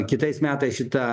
kitais metais šita